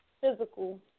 physical